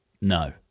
No